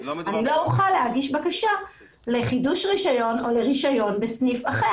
אני לא אוכל להגיש בקשה לחידוש רישיון או לרישיון בסניף אחר.